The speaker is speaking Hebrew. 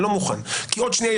אני לא מוכן כי עוד מעט יש